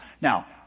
Now